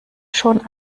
schon